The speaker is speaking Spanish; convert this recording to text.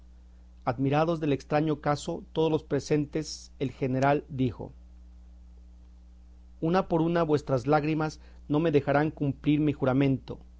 admirados del estraño caso todos los presentes el general dijo una por una vuestras lágrimas no me dejarán cumplir mi juramento